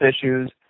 issues